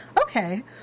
okay